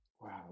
wow